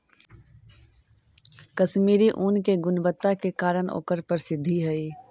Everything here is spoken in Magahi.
कश्मीरी ऊन के गुणवत्ता के कारण ओकर प्रसिद्धि हइ